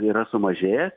yra sumažėjęs